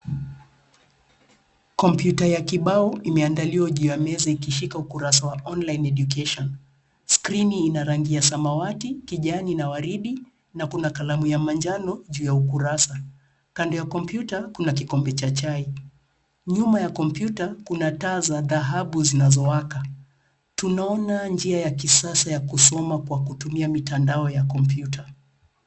Kompyuta ya kibao imeandaliwa juu ya meza ikishika ukurasa wa Online Education . Skrini ina rangi ya samawati kijani na waridi na kuna kalamu ya manjano juu ya ukurasa. Kando ya kompyuta, kuna kikombe cha chai. Nyuma ya kompyuta, kuna taza dhahabu zinazowaka. Tunaona njia ya kisasa ya kusoma kwa kutumia mitandao ya kompyuta.